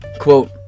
Quote